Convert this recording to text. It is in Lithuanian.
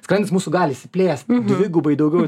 skrandis mūsų gali išsiplėst dvigubai daugiau